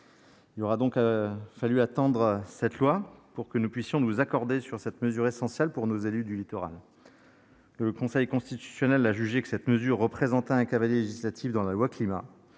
Il aura fallu attendre cette dernière pour que nous puissions nous accorder sur cette mesure essentielle pour nos élus du littoral. Le Conseil constitutionnel a pourtant jugé que cette mesure représentait un cavalier législatif dans la loi Climat.